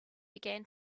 began